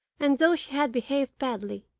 and though she had behaved badly,